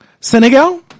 Senegal